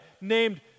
named